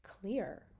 clear